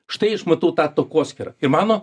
štai aš matau tą takoskyrą ir mano